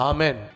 Amen